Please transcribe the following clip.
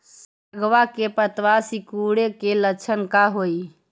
सगवा के पत्तवा सिकुड़े के लक्षण का हाई?